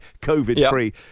COVID-free